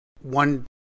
one